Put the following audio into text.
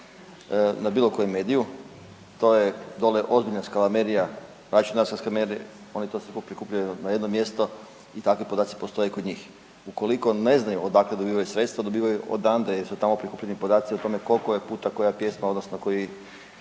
na bilo kojem mediju. To je dole ozbiljna …/Govornik se ne razumije./… oni to prikupljaju na jedno mjesto i takvi podaci postoje kod njih. Ukoliko ne znaju odakle dobivaju sredstva, dobivaju odande jer su tamo prikupljeni podaci o tome koliko je puta koja pjesma odnosno koji